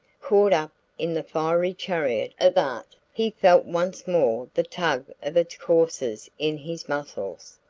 caught up in the fiery chariot of art, he felt once more the tug of its coursers in his muscles,